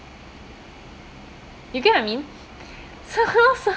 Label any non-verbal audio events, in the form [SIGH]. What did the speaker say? you get what I mean [LAUGHS]